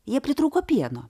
jie pritrūko pieno